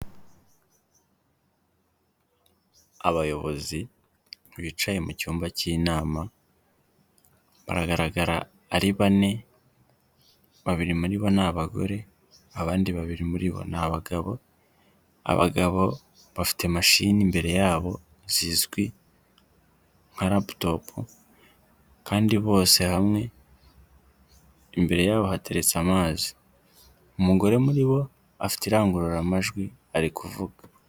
Abayobozi bicaye mu cyumba cy'inama baragaragara ari bane babiri muri bo ni abagore, abandi babiri muri bo ni abagabo, abagabo bafite mashini imbere yabo zizwi nka laputopu kandi bose hamwe imbere yabo hateretse amazi, umugore muri bo afite irangururamajwi ari kuvuga.